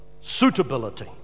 Suitability